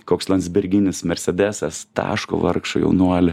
koks landsberginis mersedesas taško vargšą jaunuolį